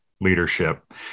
Leadership